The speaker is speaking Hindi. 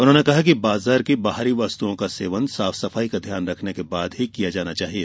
उन्होंने कहा कि बाजार की बाहरी वस्तुओं का सेवन साफ सफाई का ध्यान रखने के बाद ही किया जाना चाहिए